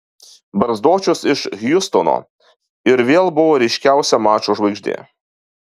barzdočius iš hjustono ir vėl buvo ryškiausia mačo žvaigždė